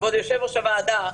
כבוד יושב-ראש הוועדה,